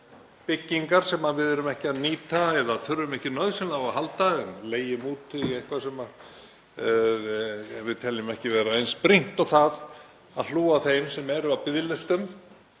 byggingar sem við erum ekki að nýta eða þurfum ekki nauðsynlega á að halda en leigjum út í eitthvað sem við teljum ekki vera eins brýnt og það að hlúa að þeim sem eru á biðlistum